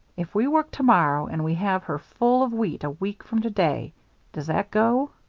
if we work to-morrow and we have her full of wheat a week from to-day. does that go?